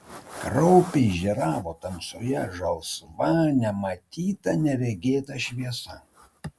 kraupiai žėravo tamsoje žalsva nematyta neregėta šviesa